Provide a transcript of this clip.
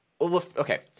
okay